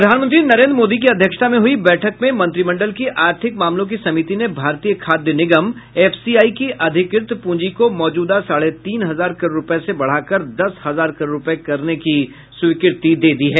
प्रधानमंत्री नरेन्द्र मोदी की अध्यक्षता में हुई बैठक में मंत्रिमंडल की आर्थिक मामलों की समिति ने भारतीय खाद्य निगम एफसीआई की अधिकृत प्रंजी को मौजूदा साढे तीन हजार करोड़ रूपये से बढ़ाकर दस हजार करोड़ रूपये करने की स्वीकृति दे दी है